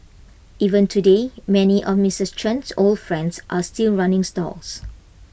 even today many of Misters Chen old friends are still running stalls